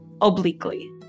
obliquely